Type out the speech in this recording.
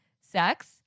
sex